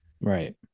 right